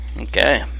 Okay